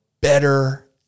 better